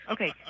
Okay